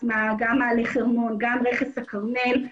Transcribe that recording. גם מעלה חרמון וגם רכס הכרמל.